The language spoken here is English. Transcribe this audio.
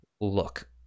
look